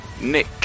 Nick